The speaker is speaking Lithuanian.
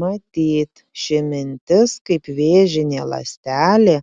matyt ši mintis kaip vėžinė ląstelė